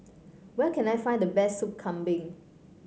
where can I find the best Soup Kambing